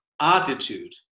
attitude